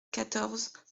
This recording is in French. quatorze